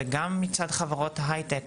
וגם מצד חברות ההייטק